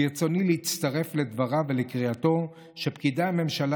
ברצוני להצטרף לדבריו ולקריאתו שפקידי הממשלה